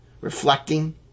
reflecting